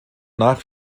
nach